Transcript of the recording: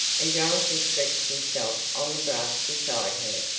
and jonathan stretched himself on the grass beside her,